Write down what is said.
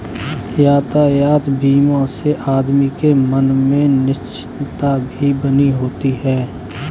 यातायात बीमा से आदमी के मन में निश्चिंतता भी बनी होती है